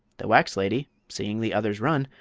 the wax lady, seeing the others run,